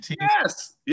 Yes